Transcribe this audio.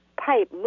pipe